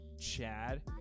Chad